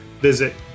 visit